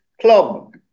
club